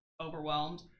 overwhelmed